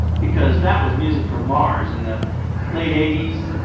because that was music from mars in the late eighties.